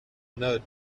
nod